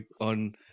on